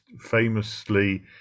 famously